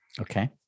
Okay